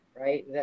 right